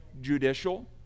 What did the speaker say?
judicial